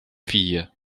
filles